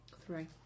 three